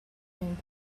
and